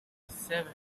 seven